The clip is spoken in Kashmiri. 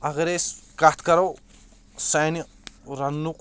اَگَرٕے أسۍ کَتھ کَرو سانہِ رَننُک